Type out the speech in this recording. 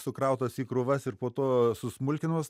sukrautos į krūvas ir po to susmulkinamos